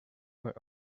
were